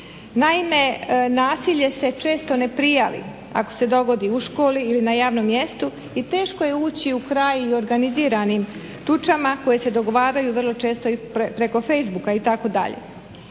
Naime, nasilje se često ne prijavi ako se dogodi u školi ili na javnom mjestu i teško je ući u kraj i organiziranim tučama koje se dogovaraju vrlo često i preko facebooka itd.